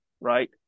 right